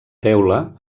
teula